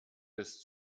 des